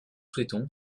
souhaitons